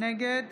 נגד